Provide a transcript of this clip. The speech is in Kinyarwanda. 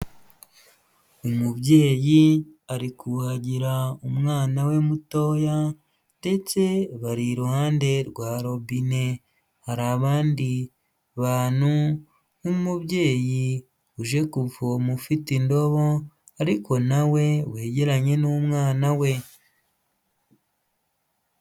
Umubyeyi ari kuhagira umwana we mutoya ndetse bari iruhande rwa robine, hari abandi bantu nk'umubyeyi uje kuvoma ufite indobo ariko nawe wegeranye n'umwana we.